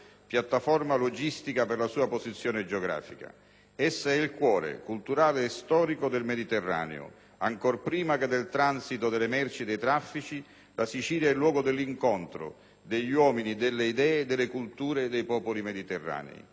piattaforma logistica grazie alla sua posizione geografica: essa è il cuore, culturale e storico, del Mediterraneo; ancor prima che del transito delle merci e dei traffici la Sicilia è il luogo dell'incontro, degli uomini, delle idee e delle culture dei popoli mediterranei,